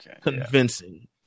convincing